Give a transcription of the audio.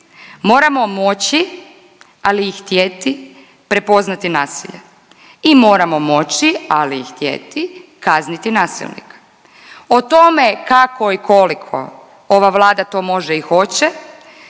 moramo moći ali i htjeti prepoznati nasilje. I moramo moći ali i htjeti kazniti nasilnika. O tome kako i koliko ova Vlada to može i hoće